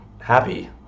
happy